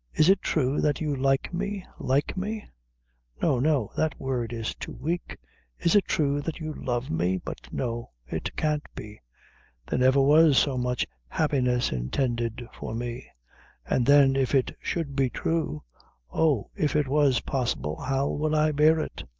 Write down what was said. is it true that you like me like me no, no that word is too wake is it true that you love me? but no it can't be there never was so much happiness intended for me and then, if it should be true oh, if it was possible, how will i bear it?